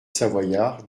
savoyards